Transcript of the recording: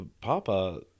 Papa